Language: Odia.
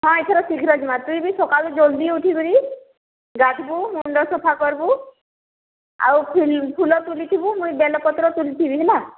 ହଁ ଏଥର ଶୀଘ୍ର ଜିମା ତୁଇ ବି ସକାଲୁ ଜଲ୍ଦି ଉଠିକରି ଗାଧବୁ ମୁଣ୍ଡ ସଫା କରବୁ ଆଉ ଫୁଲ ତୁଲିଥିବୁ ମୁଇଁ ବେଲ ପତ୍ର ତୁଲଥିବି ହେଲା